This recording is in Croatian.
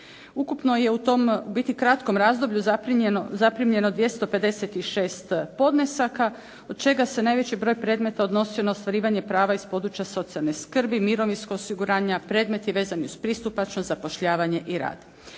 Ukupno je u tom u biti kratkom razdoblju zaprimljeno 256 podnesaka od čega se najveći broj predmeta odnosio na ostvarivanje prava iz područja socijalne skrbi, mirovinskog osiguranja, predmeti vezani uz pristupačnost, zapošljavanje i rad.